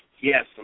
Yes